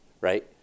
right